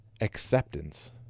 acceptance